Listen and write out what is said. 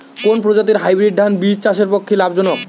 কোন প্রজাতীর হাইব্রিড ধান বীজ চাষের পক্ষে লাভজনক?